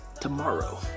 tomorrow